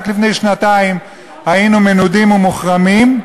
רק לפני שנתיים היינו מנודים ומוחרמים,